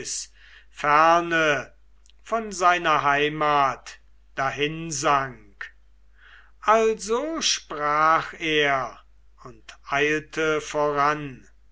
ferne von seiner heimat dahinsank also sprach er und eilte voran